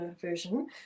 version